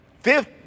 Fifth